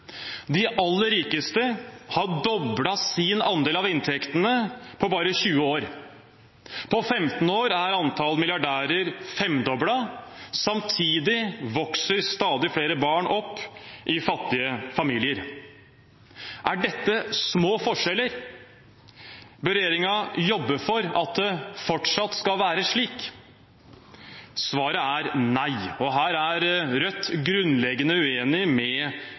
De aller rikeste har doblet sin andel av inntektene på bare 20 år. På 15 år er antall milliardærer femdoblet. Samtidig vokser stadig flere barn opp i fattige familier. Er dette små forskjeller? Bør regjeringen jobbe for at det fortsatt skal være slik? Svaret er nei, og her er Rødt grunnleggende uenig med